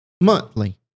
monthly